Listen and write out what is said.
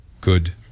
good